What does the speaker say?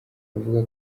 avuga